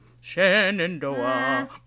Shenandoah